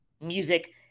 music